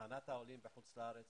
הכנת העולים בחוץ לארץ